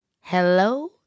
Hello